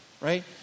right